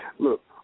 Look